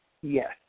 Yes